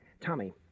Tommy